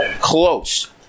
Close